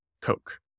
Coke